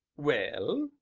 well?